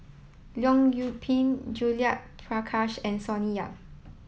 Leong Yoon Pin Judith Prakash and Sonny Yap